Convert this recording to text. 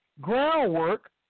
groundwork